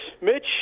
Mitch